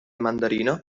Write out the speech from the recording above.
mandarino